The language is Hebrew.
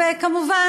וכמובן,